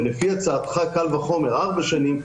ולפי הצעתך קל וחומר ארבע שנים,